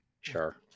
Sure